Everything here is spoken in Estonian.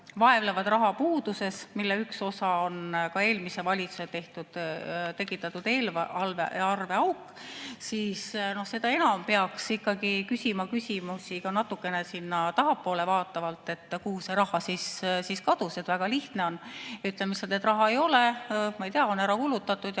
vaevlevad rahapuuduses, mille üks osa on ka eelmise valitsuse tekitatud eelarveauk, peaks ikkagi küsima küsimusi ka natukene sinna tahapoole vaatavalt, et kuhu see raha siis kadus. Väga lihtne on öelda lihtsalt, et raha ei ole, ma ei tea, see on ära kulutatud,